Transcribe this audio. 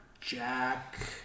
Jack